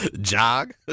Jog